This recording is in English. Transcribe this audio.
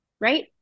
right